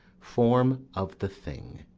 form of the thing,